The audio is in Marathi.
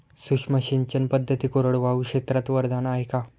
सूक्ष्म सिंचन पद्धती कोरडवाहू क्षेत्रास वरदान आहे का?